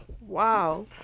Wow